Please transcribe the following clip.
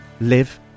live